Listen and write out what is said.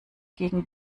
gegen